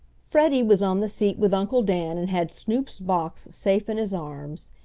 freddie was on the seat with uncle dan and had snoop's box safe in his arms.